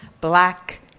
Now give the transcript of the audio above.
black